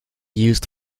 used